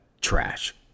trash